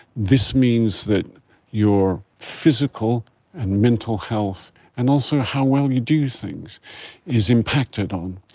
this means that your physical and mental health and also how well you do things is impacted on.